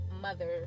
mother